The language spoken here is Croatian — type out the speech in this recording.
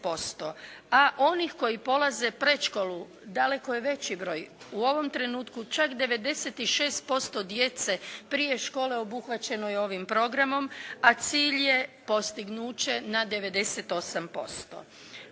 a onih koji polaze predškolu daleko je veći broj, u ovom trenutku čak 96% djece prije škole obuhvaćeno je ovim programom, a cilj je postignuće na 98%.